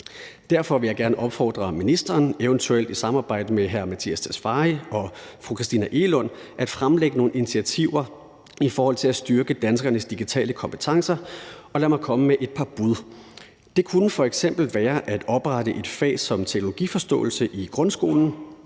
Derfor vil jeg gerne opfordre ministeren, eventuelt i et samarbejde med børne- og undervisningsministeren og forsknings- og uddannelsesministeren, til at fremlægge nogle initiativer i forhold til at styrke danskernes digitale kompetencer, og lad mig komme med et par bud. Det kunne f.eks. være at oprette et fag som teknologiforståelse i grundskolen,